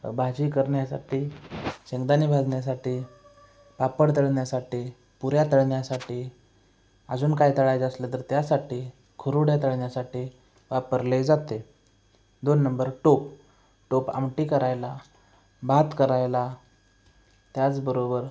भाजी करण्यासाठी शेंगदाणे भाजण्यासाठी पापड तळण्यासाठी पुऱ्या तळण्यासाठी अजून काय तळायचं असेल तर त्यासाठी कुरवड्या तळण्यासाठी वापरले जाते दोन नंबर टोप टोप आमटी करायला भात करायला त्याचबरोबर